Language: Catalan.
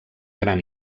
gran